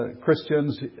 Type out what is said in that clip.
Christians